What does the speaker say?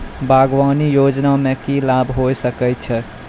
बागवानी योजना मे की लाभ होय सके छै?